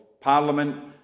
parliament